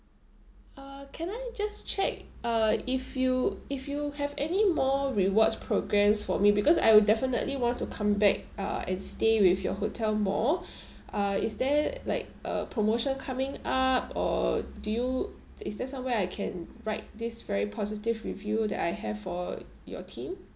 uh can I just check uh if you if you have any more rewards programs for me because I would definitely want to come back uh and stay with your hotel more uh is there like a promotion coming up or do you is there somewhere I can write this very positive review that I have for your team